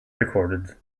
recorded